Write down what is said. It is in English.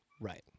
right